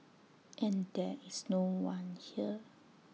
and there is no one here